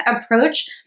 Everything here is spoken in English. approach